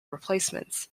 replacements